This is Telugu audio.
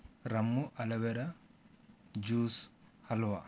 rum aloe vera juice halwa